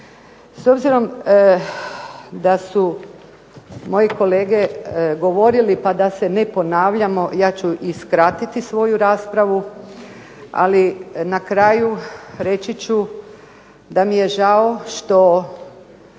S obzirom da su moji kolege govorili, pa da se ne ponavljamo ja ću i skratiti svoju raspravu, ali na kraju reći ću da mi je žao što